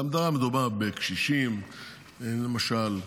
מדובר בקשישים למשל.